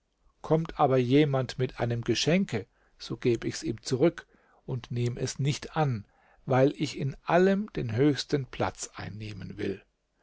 kommt aber jemand mit einem geschenke so geb ich's ihm zurück und nehm es nicht an weil ich in allem den höchsten platz einnehmen will